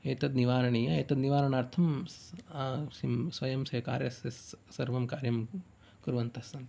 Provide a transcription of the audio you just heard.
एतद्निवारणीया एतद्निवारणार्थं स्वयं स्वे कार्यस्य सर्वं कार्यं कुर्वन्तः सन्ति